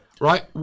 Right